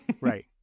Right